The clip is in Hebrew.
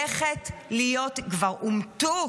כבר הומתו